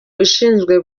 ushinzwe